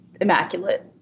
immaculate